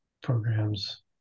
programs